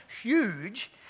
huge